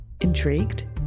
Intrigued